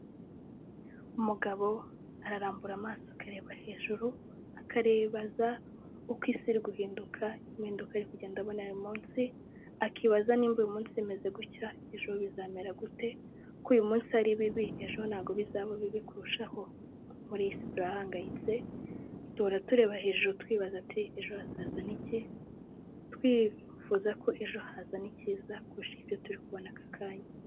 Umugabo ararambura amaso akareba hejuru, akarebaza uko isi iri guhinduka impinduka ari kugenda abona buri munsi, akibaza nimba uyu munsi bimeze gutya ejo bizamera gute, ko uyu munsi ari bibi ejo ntabwo bizaba bibi kurushaho, muri iyi si turahangayitse, duhora tureba hejuru twibaza ati ejo hazazana iki, twifuza ko ejo hazana icyiza kurusha ibyo turi kubona aka kanya.